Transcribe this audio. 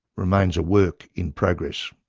remains a work in progress